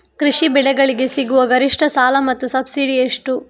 ಕೃಷಿ ಬೆಳೆಗಳಿಗೆ ಸಿಗುವ ಗರಿಷ್ಟ ಸಾಲ ಮತ್ತು ಸಬ್ಸಿಡಿ ಎಷ್ಟು?